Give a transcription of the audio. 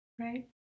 Right